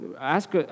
ask